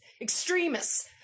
extremists